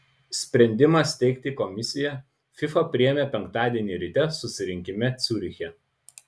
sprendimą steigti komisiją fifa priėmė penktadienį ryte susirinkime ciuriche